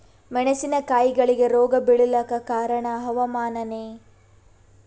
ಮೆಣಸಿನ ಕಾಯಿಗಳಿಗಿ ರೋಗ ಬಿಳಲಾಕ ಕಾರಣ ಹವಾಮಾನನೇ?